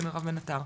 למירב בן עטר.